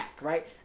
right